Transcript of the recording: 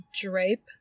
drape